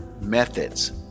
methods